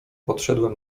podszedłem